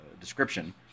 description